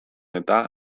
eta